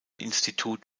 institut